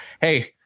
Hey